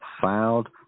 filed